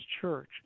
church